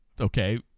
Okay